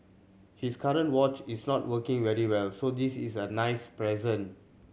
his current watch is not working very well so this is a nice present